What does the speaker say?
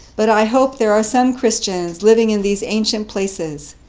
but i hope there are some christians living in these ancient places.